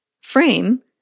frame